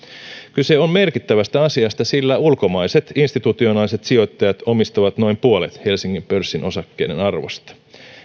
kyse on merkittävästä asiasta sillä ulkomaiset institutionaaliset sijoittajat omistavat noin puolet helsingin pörssin osakkeiden arvosta